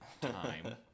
time